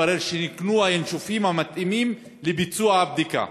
התברר שנקנו ה"ינשופים" המתאימים לביצוע הבדיקה,